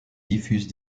diffuse